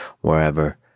wherever